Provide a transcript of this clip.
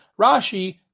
Rashi